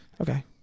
Okay